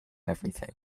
everything